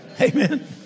Amen